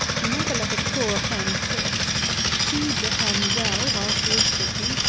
never let a poor hen sit feed the hen well while she is sitting,